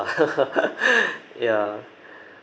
ya